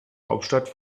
hauptstadt